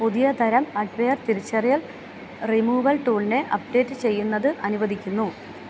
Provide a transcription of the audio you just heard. പുതിയ തരം ആഡ്വെയർ തിരിച്ചറിയാൻ റിമൂവൽ ടൂളിനെ അപ്ഡേറ്റ് ചെയ്യുന്നത് അനുവദിക്കുന്നു